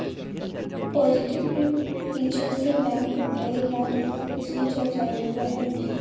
positive pay feature से bank को पहले ज्ञात होगा किसने चेक जारी किया है